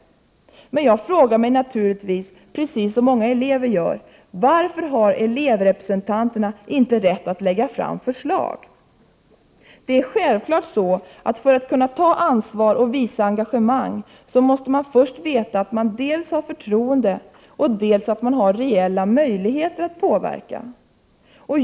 Men jag frågar mig naturligtvis, precis som många elever gör, varför elevrepresentanterna inte har rätt att lägga fram förslag. Det är självklart att för att kunna ta ansvar och visa engagemang måste man först veta att man dels har förtroende, dels har reella möjligheter att påverka.